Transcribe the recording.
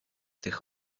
tych